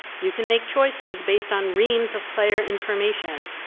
you can make choices based on reams of player information.